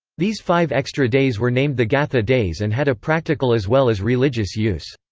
these five extra days were named the gatha days and had a practical as well as religious use.